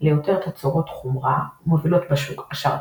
ליותר תצורות חומרה מובילות בשוק השרתים,